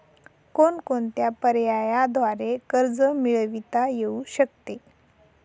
कोणकोणत्या पर्यायांद्वारे कर्ज मिळविता येऊ शकते?